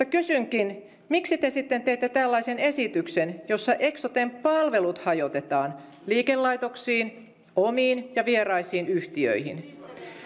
kysynkin miksi te sitten teette tällaisen esityksen jossa eksoten palvelut hajotetaan liikelaitoksiin omiin ja vieraisiin yhtiöihin